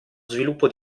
sviluppo